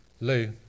Lou